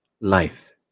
life